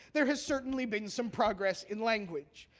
there has certainly been some progress in language.